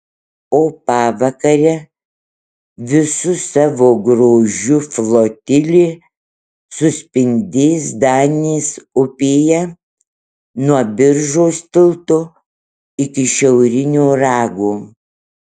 o pavakare visu savo grožiu flotilė suspindės danės upėje nuo biržos tilto iki šiaurinio rago